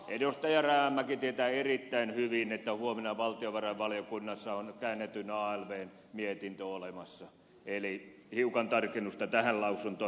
edustaja rajamäki tietää erittäin hyvin että huomenna valtiovarainvaliokunnassa on käännetyn alvn mietintö olemassa eli hiukan tarkennusta tähän lausuntoon